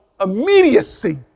immediacy